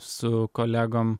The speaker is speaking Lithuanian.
su kolegom